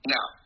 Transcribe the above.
Now